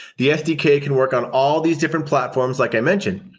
the sdk can work on all these different platforms like i mentioned.